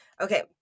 Okay